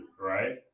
right